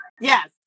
Yes